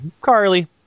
Carly